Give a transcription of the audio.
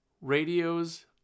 radios